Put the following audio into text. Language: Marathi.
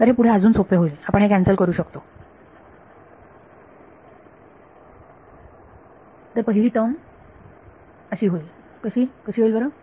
तर हे पुढे अजून सोपे होईल आपण हे कॅन्सल करू शकतो तर पहिली टर्म अशी होईल कशी होईल बरे